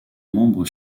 membre